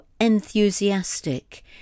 enthusiastic